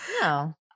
No